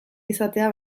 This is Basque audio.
izatea